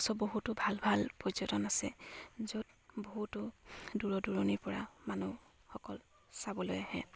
চ' বহুতো ভাল ভাল পৰ্যটন আছে য'ত বহুতো দূৰ দূৰণিৰ পৰা মানুহসকল চাবলৈ আহে